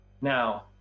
Now